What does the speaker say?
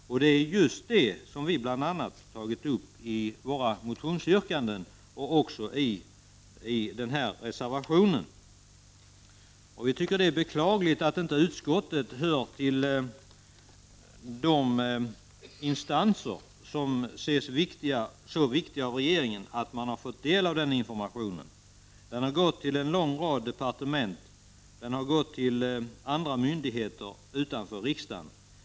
Det är bl.a. just det som vi har tagit upp i våra motionsyrkanden och i reservationen 1. Vi tycker att det är beklagligt att utskottet inte anses höra till de instanser som är så viktiga för regeringen att de fått ta del av den här informationen. Den har gått till en hel rad departement och till myndigheter utanför riksdagen.